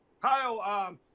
Kyle